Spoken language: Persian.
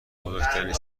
بزرگترین